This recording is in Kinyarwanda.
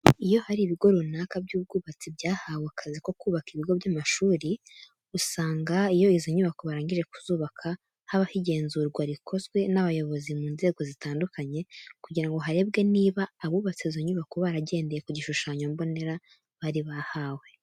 Iyo hari ibigo runaka by'ubwubatsi byahawe akazi ko kubaka ibigo by'amashuri, usanga iyo izo nyubako barangije kuzubaka habaho igenzurwa rikozwe n'abayobozi mu nzego zitandukanye kugira ngo harebwe niba abubatse izo nyubako baragendeye ku gishushanyo mbonera bari bahawe.